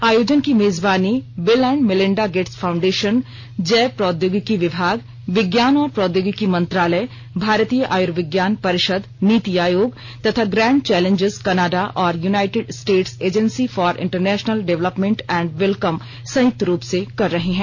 आयोजन की मेजबानी Bill and Melinda Gates Foundation जैव प्रौद्योगिकी विभाग विज्ञान और प्रौद्योगिकी मंत्रालय भारतीय आयुर्विज्ञान परिषद नीति आयोग तथा ग्रैंड चौलेंजेस कनाडा और United States Agency for International Development and Wellcome संयुक्त रूप से कर रहे हैं